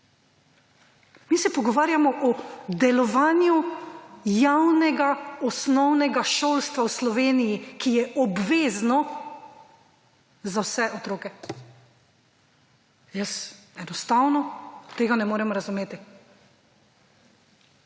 mi se pogovarjamo o delovanju javnega osnovnega šolstva v Sloveniji, ki je obvezno za vse otroke. Jaz enostavno tega ne moremo razumeti.